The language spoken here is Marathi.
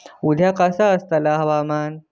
उद्या कसा आसतला हवामान?